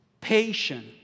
patience